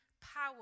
power